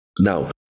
Now